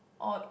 or